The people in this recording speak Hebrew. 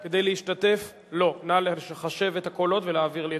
ואפשר, אפשר לעשות את